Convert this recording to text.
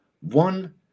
one